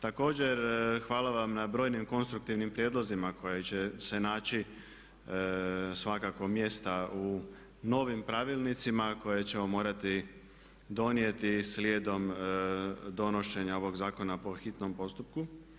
Također, hvala vam na brojnim konstruktivnim prijedlozima koje će naći svakako mjesta u novim pravilnicima koje ćemo morati donijeti slijedom donošenja ovoga zakona po hitnom postupku.